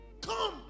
come